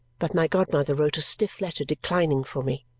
but my godmother wrote a stiff letter declining for me,